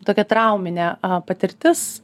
tokia trauminė patirtis